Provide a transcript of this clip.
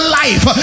life